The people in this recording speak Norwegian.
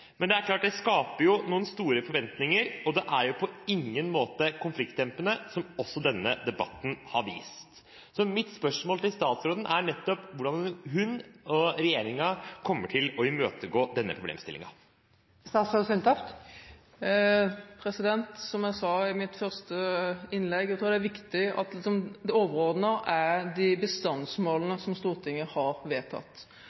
Men det er klart at det skaper noen store forventninger, og det er på ingen måte konfliktdempende, noe også denne debatten har vist. Mitt spørsmål til statsråden er nettopp hvordan hun og regjeringen kommer til å imøtegå denne problemstillingen. Som jeg sa i mitt første innlegg, tror jeg det er viktig at det overordnede er de